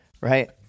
right